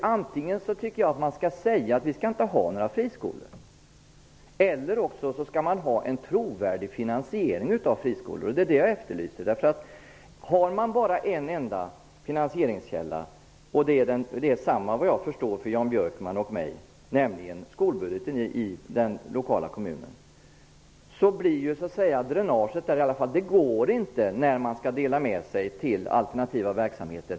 Jag tycker att man antingen skall säga att vi inte skall ha några friskolor, eller så skall man ha en trovärdig finansiering av friskolor. Det är det som jag efterlyser. Om man bara har en enda finansieringskälla -- det är densamma för Jan Björkman och mig, såvitt jag förstår -- dvs. skolbudgeten i den lokala kommunen, uppstår dränage när man skall dela med sig till alternativa verksamheter.